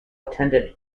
attended